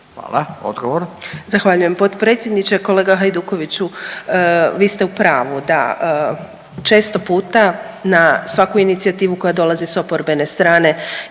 Hvala. Odgovor.